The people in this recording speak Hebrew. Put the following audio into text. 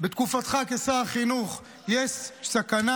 בתקופתך כשר החינוך יש סכנה,